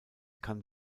kann